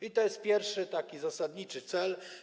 I to jest pierwszy taki zasadniczy cel.